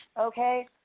okay